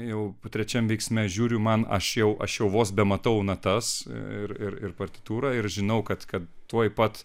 jau trečiam veiksme žiūriu man aš jau aš jau vos bematau natas ir ir partitūrą ir žinau kad kad tuoj pat